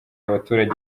abaturage